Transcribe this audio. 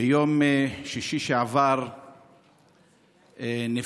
ביום שישי שעבר נפגע